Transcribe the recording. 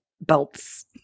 belts